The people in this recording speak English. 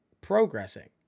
progressing